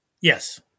Yes